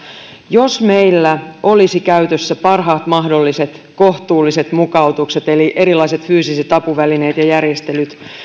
jos meillä olisi käytössä parhaat mahdolliset kohtuulliset mukautukset eli erilaiset fyysiset apuvälineet ja järjestelyt